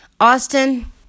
Austin